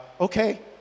okay